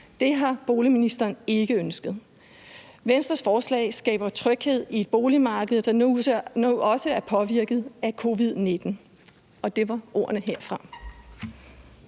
Det har boligministeren ikke ønsket. Venstres forslag skaber tryghed i et boligmarked, der nu også er påvirket af covid-19. Det var ordene herfra.